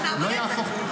לא יהפוך את ההחלטה,